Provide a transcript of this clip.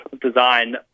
design